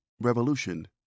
Revolution